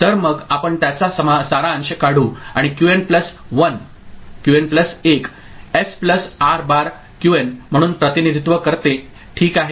तर मग आपण त्याचा सारांश काढू आणि QN plus one S plus R bar QN म्हणून प्रतिनिधित्व करते ठीक आहे